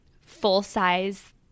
full-size